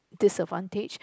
disadvantage